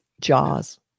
Jaws